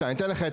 אני רק אתייחס.